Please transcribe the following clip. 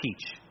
teach